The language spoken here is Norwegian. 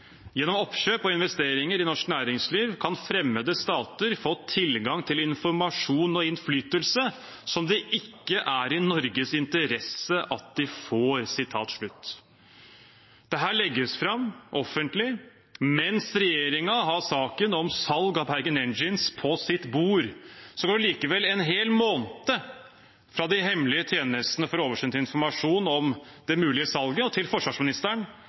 oppkjøp og investeringer i norsk næringsliv kan fremmede stater få tilgang til informasjon og innflytelse som det ikke er i Norges interesse at de får.» Dette legges fram offentlig mens regjeringen har saken om salg av Bergen Engines på sitt bord. Så går det likevel en hel måned fra de hemmelige tjenestene får oversendt informasjon om det mulige salget, til forsvarsministeren